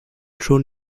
schon